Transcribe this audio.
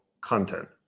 content